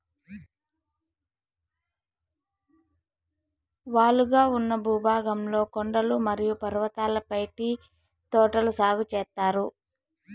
వాలుగా ఉన్న భూభాగంలో కొండలు మరియు పర్వతాలపై టీ తోటలు సాగు చేత్తారు